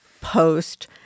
post